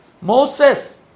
Moses